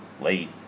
late